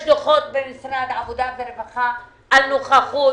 יש דוחות במשרד העבודה והרווחה על נוכחות,